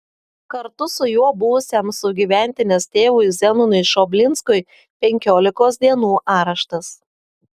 kartu su juo buvusiam sugyventinės tėvui zenonui šoblinskui penkiolikos dienų areštas